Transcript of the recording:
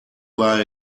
war